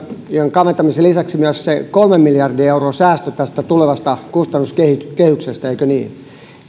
kaventamisen lisäksi myös se kolmen miljardin euron säästö tästä tulevasta kustannuskehyksestä eikö niin